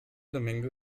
domingo